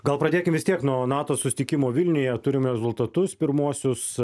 gal pradėkim vis tiek nuo nato susitikimo vilniuje turime rezultatus pirmuosius